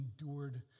endured